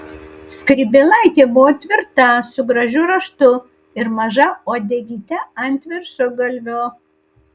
skrybėlaitė buvo tvirta su gražiu raštu ir maža uodegyte ant viršugalvio